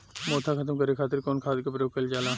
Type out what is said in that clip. मोथा खत्म करे खातीर कउन खाद के प्रयोग कइल जाला?